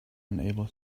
unable